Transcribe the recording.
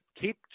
keep